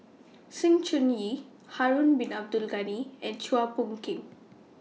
Sng Choon Yee Harun Bin Abdul Ghani and Chua Phung Kim